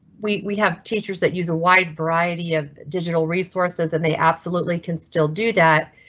we we have teachers that use a wide variety of digital resources and they absolutely can still do that,